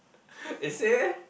eh say eh